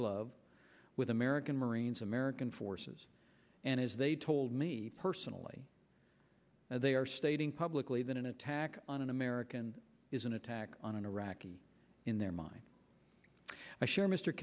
glove with american marines american forces and as they told me personally they are stating publicly that an attack on an american is an attack on an iraqi in their mind i share m